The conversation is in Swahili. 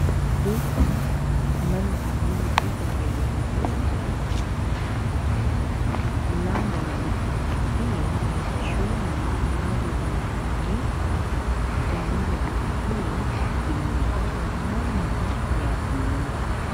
Duka ambalo zinauza vitu vya reja reja limefunguliwa, mlango wa duka hiyo na chuma ambazo zimetumika kutengeneza duka hiyo zimepakwa rangi ya bulu.